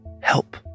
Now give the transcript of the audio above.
Help